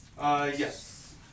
Yes